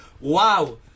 wow